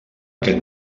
aquest